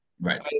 right